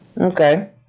Okay